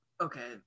Okay